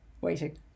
Waiting